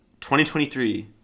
2023